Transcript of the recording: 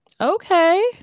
Okay